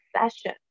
session